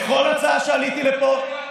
בכל הצעה שעליתי לפה,